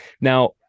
Now